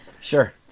sure